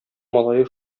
малае